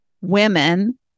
women